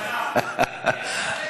חגי.